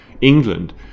England